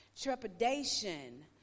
trepidation